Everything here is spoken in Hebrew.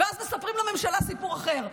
ואז מספרים לממשלה סיפור אחר,